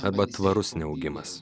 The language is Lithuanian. arba tvarus neaugimas